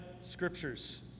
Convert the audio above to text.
scriptures